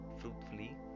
fruitfully